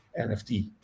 NFT